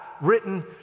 written